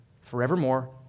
forevermore